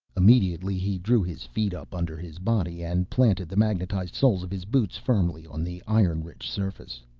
immediately he drew his feet up under his body and planted the magnetized soles of his boots firmly on the iron-rich surface.